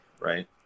right